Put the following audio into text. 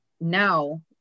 now